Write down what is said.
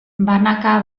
banaka